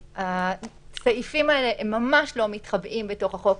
הסעיפים האלה ממש לא מתחבאים בחוק.